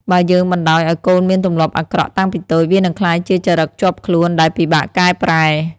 បើយើងបណ្ដោយឱ្យកូនមានទម្លាប់អាក្រក់តាំងពីតូច វានឹងក្លាយជាចរិតជាប់ខ្លួនដែលពិបាកកែប្រែ។